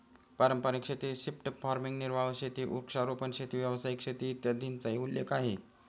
पारंपारिक शेती, shift farming, निर्वाह शेती, वृक्षारोपण शेती, व्यावसायिक शेती, इत्यादींचाही उल्लेख आहे